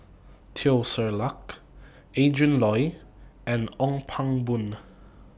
Teo Ser Luck Adrin Loi and Ong Pang Boon